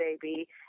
baby